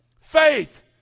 faith